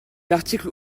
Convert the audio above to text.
article